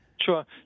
Sure